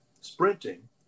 Sprinting